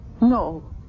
No